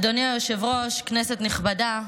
אדוני היושב-ראש, כנסת נכבדה,